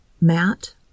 Matt